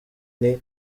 nti